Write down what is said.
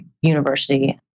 university